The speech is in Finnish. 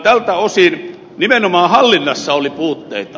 tältä osin nimenomaan hallinnassa oli puutteita